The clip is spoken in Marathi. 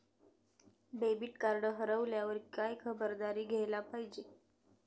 डेबिट कार्ड हरवल्यावर काय खबरदारी घ्यायला पाहिजे?